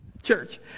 church